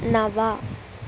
नव